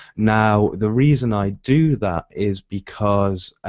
now the reason i do that is because ah